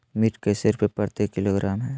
मिर्च कैसे रुपए प्रति किलोग्राम है?